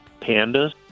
Pandas